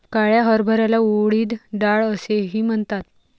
काळ्या हरभऱ्याला उडीद डाळ असेही म्हणतात